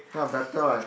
ya better right